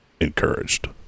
Encouraged